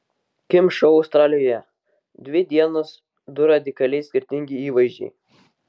kim šou australijoje dvi dienos du radikaliai skirtingi įvaizdžiai